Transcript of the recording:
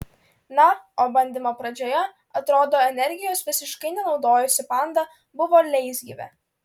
na o bandymo pradžioje atrodo energijos visiškai nenaudojusi panda buvo leisgyvė